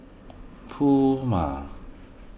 Puma